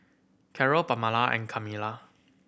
Carrol Pamala and Camila